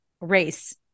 race